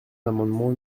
l’amendement